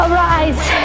Arise